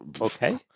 Okay